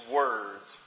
words